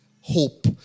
hope